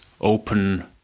open